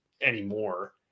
anymore